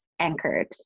anchored